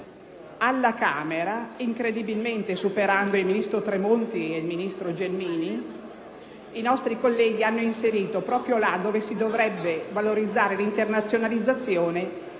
Alla Camera, incredibilmente superando il ministro Tremonti e il ministro Gelmini, i nostri colleghi hanno specificato, proprio ladove si dovrebbe valorizzare l’internazionalizzazione,